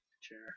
chair